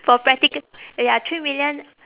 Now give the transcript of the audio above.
for practical ya three million